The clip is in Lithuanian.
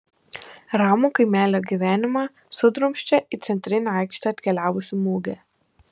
ramų kaimelio gyvenimą sudrumsčia į centrinę aikštę atkeliavusi mugė